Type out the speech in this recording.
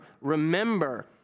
remember